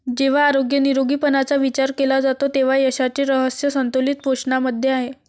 जेव्हा आरोग्य निरोगीपणाचा विचार केला जातो तेव्हा यशाचे रहस्य संतुलित पोषणामध्ये आहे